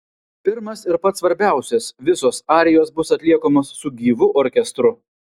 pirmas ir pats svarbiausias visos arijos bus atliekamos su gyvu orkestru